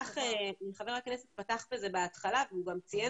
חבר הכנסת פתח בזה בהתחלה והוא גם ציין